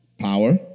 Power